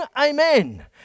amen